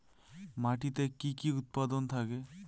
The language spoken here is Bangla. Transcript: মাটিতে কি কি উপাদান থাকে?